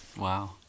Wow